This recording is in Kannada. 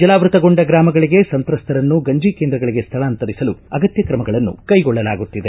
ಜಲಾವೃತಗೊಂಡ ಗ್ರಾಮಗಳಿಂದ ಸಂತ್ರಸ್ಥರನ್ನು ಗಂಜಿ ಕೇಂದ್ರಗಳಿಗೆ ಸ್ಥಳಾಂತರಿಸಲು ಅಗತ್ಯ ಕ್ರಮಗಳನ್ನು ಕೈಗೊಳ್ಳಲಾಗುತ್ತಿದೆ